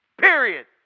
Period